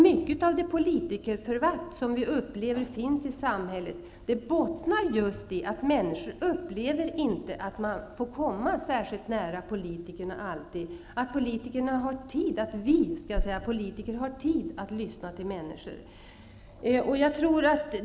Mycket av det politikerförakt, som vi upplever finns i samhället, bottnar i att människor inte upplever sig få komma politiker nära alltid. De upplever inte att vi politiker har tid att lyssna till dem.